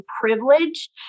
privilege